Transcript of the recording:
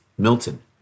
Milton